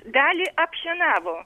dalį apšienavo